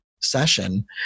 session